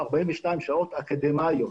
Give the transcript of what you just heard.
42 שעות אקדמיות,